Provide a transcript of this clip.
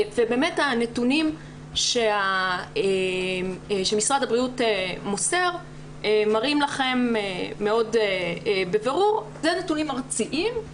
הנתונים שמשרד הבריאות מוסר מראים לכם בבירור אלה נתונים ארציים.